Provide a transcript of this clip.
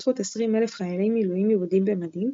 בהשתתפות 20,000 חיילי מילואים יהודים במדים,